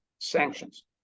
sanctions